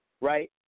right